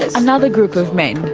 another group of men,